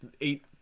eight